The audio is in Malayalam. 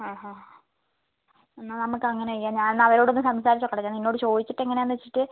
അ അ എന്നാൽ നമുക്ക് അങ്ങനെ ചെയ്യാം ഞാൻ എന്നാൽ അവരോടൊന്ന് സംസാരിച്ച് നോക്കട്ടെ ഞാൻ നിന്നോട് ചോദിച്ചിട്ട് എങ്ങനെ ആന്ന് വെച്ചിട്ട്